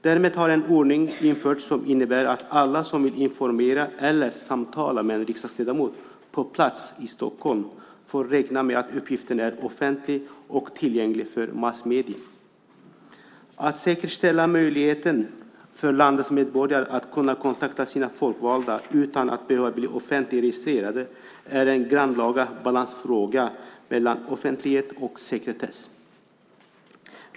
Därmed har en ordning införts som innebär att alla som vill informera eller samtala med en riksdagsledamot på plats i Stockholm får räkna med att uppgiften är offentlig och tillgänglig för massmedierna. Att säkerställa möjligheten för landets medborgare att kontakta sina folkvalda utan att behöva bli offentligt registrerade är en grannlaga balansfråga mellan offentlighet och sekretess.